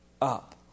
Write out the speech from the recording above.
up